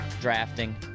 drafting